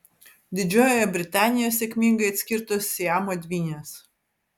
didžiojoje britanijoje sėkmingai atskirtos siamo dvynės